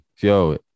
Yo